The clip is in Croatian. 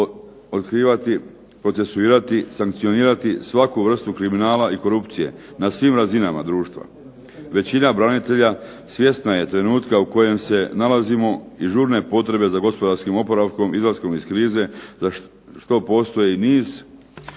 otkrivati, procesuirati, sankcionirati svaku vrstu kriminala i korupcije na svim razinama društva. Većina branitelja svjesna je trenutka u kojem se nalazimo i žurne potrebe za gospodarskim oporavkom, izlaskom iz krize za što postoji niz